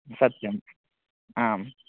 सत्यम् आम्